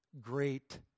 great